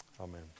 Amen